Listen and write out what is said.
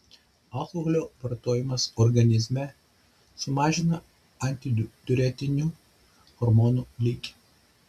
alkoholio vartojimas organizme sumažina antidiuretinių hormonų lygį